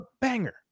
banger